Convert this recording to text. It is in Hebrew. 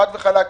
חד וחלק.